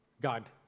God